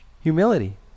Humility